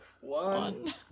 One